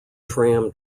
tram